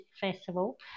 festival